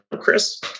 Chris